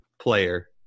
player